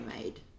made